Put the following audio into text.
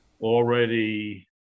already